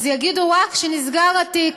אז יגידו רק שנסגר התיק,